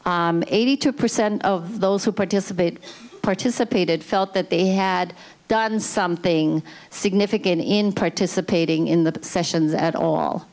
eighty two percent of those who participated participated felt that they had done something significant in participating in the sessions at all